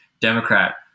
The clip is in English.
Democrat